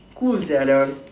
cool sia that one